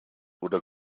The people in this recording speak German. oder